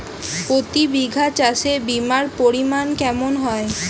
প্রতি বিঘা চাষে বিমার পরিমান কেমন হয়?